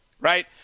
right